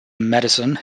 medicine